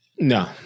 No